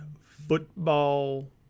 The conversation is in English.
football